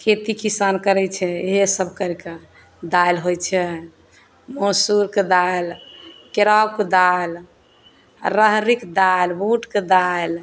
खेती किसान करै छै इएहै सभ करिकऽ दालि होइ छै मोसुरके दालि केराउ के दालि आ राहरिके दालि बूटके दाली